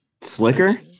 slicker